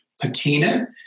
patina